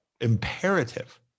imperative